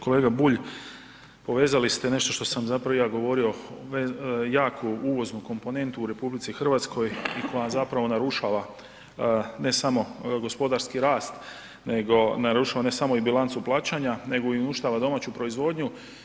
Kolega Bulj, povezali ste nešto sam zapravo i ja govorio jaku uvoznu komponentu u RH koja zapravo narušava ne samo gospodarski rast nego narušava ne samo i bilancu plaćanja nego i uništava domaću proizvodnju.